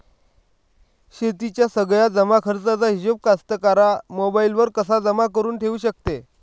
शेतीच्या सगळ्या जमाखर्चाचा हिशोब कास्तकार मोबाईलवर कसा जमा करुन ठेऊ शकते?